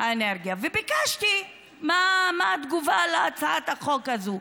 האנרגיה וביקשתי תגובה על הצעת החוק הזאת,